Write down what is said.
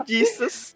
Jesus